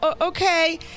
okay